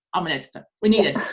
i'm an editor, we need it,